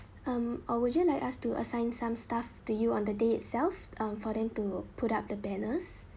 um or would you like us to assign some staff to you on the day itself um for them to put up the banners